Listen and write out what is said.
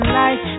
life